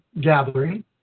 gathering